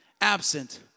absent